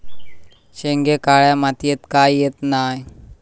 शेंगे काळ्या मातीयेत का येत नाय?